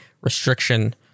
restriction